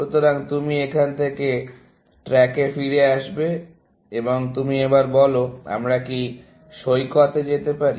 সুতরাং তুমি এখান থেকে ট্র্যাক ফিরে আসবে এবং তুমি এবার বলো আমরা কি সৈকতে যেতে পারি